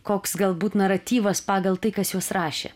koks galbūt naratyvas pagal tai kas juos rašė